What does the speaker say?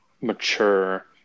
mature